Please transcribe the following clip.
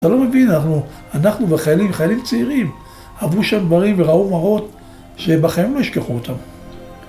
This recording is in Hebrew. אתה לא מבין, אנחנו, אנחנו וחיילים, חיילים צעירים אהבו שם דברים וראו מראות שבחיים הם לא ישכחו אותם.